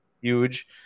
huge